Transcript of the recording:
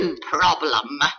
problem